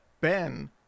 ben